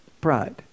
pride